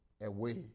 away